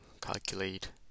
calculate